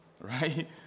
right